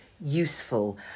useful